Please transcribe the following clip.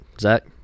Zach